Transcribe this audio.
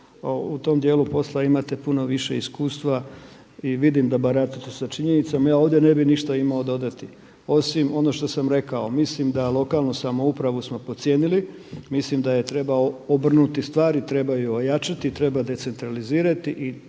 u tom dijelu posla imate puno više iskustva i vidim da baratate sa činjenicom. Ja ovdje ne bih ništa imao dodati, osim ono što sam rekao, mislim da smo lokalnu samoupravu podcijenili, mislim da treba obrnuti stvari, trebaju ojačati, treba decentralizirati i dati